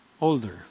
older